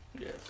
Yes